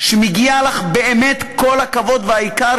שמגיעים לך באמת כל הכבוד והיקר,